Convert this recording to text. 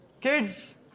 Kids